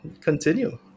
continue